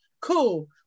cool